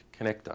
connector